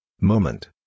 moment